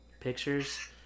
pictures